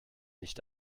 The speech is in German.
nicht